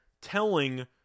telling